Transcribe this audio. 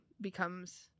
becomes